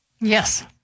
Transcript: Yes